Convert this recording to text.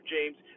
James